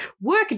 Work